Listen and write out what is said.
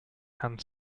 hand